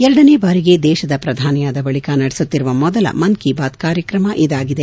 ಎರಡನೇ ಬಾರಿಗೆ ದೇಶದ ಪ್ರಧಾನಿಯಾದ ಬಳಿಕ ನಡೆಸುತ್ತಿರುವ ಮೊದಲ ಮನ್ ಕೇ ಬಾತ್ ಕಾರ್ಯಕ್ರಮ ಇದಾಗಿದೆ